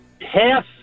half